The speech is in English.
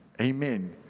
Amen